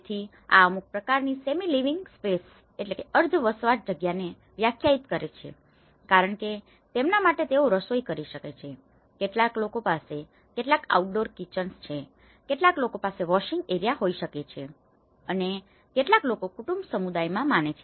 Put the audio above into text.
તેથી આ અમુક પ્રકારની સેમી લીવીંગ સ્પેસsemi living space અર્ધ વસવાટ જગ્યાને વ્યાખ્યાયિત કરે છે કારણ કે તેમના માટે તેઓ રસોઇ કરી શકે છે કેટલાક લોકો પાસે કેટલાક આઉટડોર કિચન્સkitchensરસોડા છે કેટલાક લોકો પાસે વોશિંગ એરિયા હોઈ શકે છે અને કેટલાક લોકો કુટુંબ સમુદાયમાં માને છે